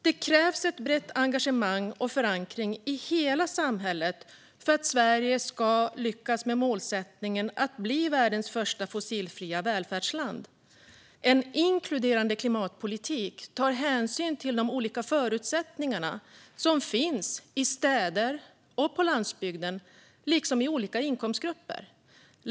Det krävs ett brett engagemang och förankring i hela samhället för att Sverige ska lyckas med målsättningen att bli världens första fossilfria välfärdsland. En inkluderande klimatpolitik tar hänsyn till de olika förutsättningar som finns i städer och på landsbygden liksom i olika inkomstgrupper.